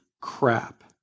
crap